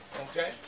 Okay